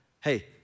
Hey